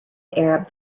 arab